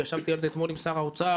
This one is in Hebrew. וישבתי על זה אתמול עם שר האוצר,